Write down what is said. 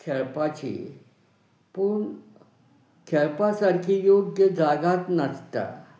खेळपाची पूण खेळपा सारकी योग्य जागात नाचता